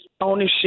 ownership